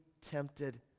tempted